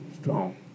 strong